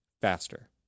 faster